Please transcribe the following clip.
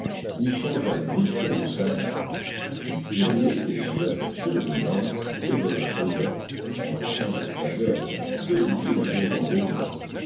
il changea brusquement sa barre fit pirouetter son navire sur lui-même et revint au nord en laissant les croiseurs à deux milles au vent de lui